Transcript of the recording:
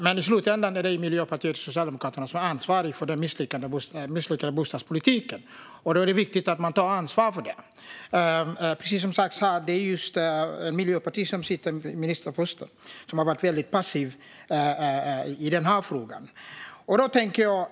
Men i slutändan är det ju Miljöpartiet och Socialdemokraterna som är ansvariga för den misslyckade bostadspolitiken, och då är det viktigt att de tar ansvar för det. Som sagts här är det Miljöpartiet som sitter på ministerposten, och de har varit väldigt passiva i den här frågan.